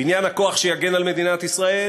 בניין הכוח שיגן על מדינת ישראל,